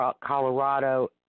Colorado